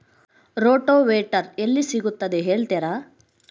Rotavator ಎಲ್ಲಿ ಸಿಗುತ್ತದೆ ಹೇಳ್ತೇರಾ?